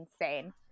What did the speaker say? insane